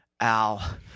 Al